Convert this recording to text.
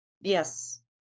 Yes